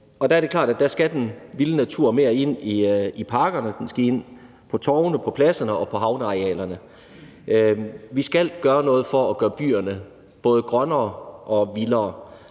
der skal den vilde natur mere ind i parkerne, den skal ind på torvene og på pladserne og på havnearealerne. Vi skal gøre noget for at gøre byerne både grønnere og vildere.